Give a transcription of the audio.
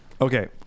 okay